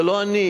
זה לא אני.